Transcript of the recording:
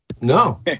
no